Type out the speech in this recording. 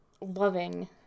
loving